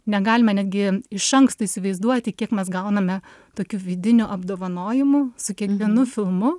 negalime netgi iš anksto įsivaizduoti kiek mes gauname tokių vidinių apdovanojimų su kiekvienu filmu